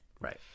right